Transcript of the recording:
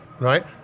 right